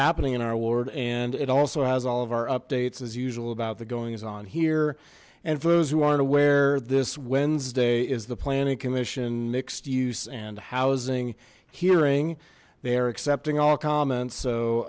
happening in our ward and it also has all of our updates as usual about the goings on here and for those who aren't aware this wednesday is the planning commission mixed use and housing hearing they are accepting all comment